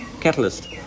catalyst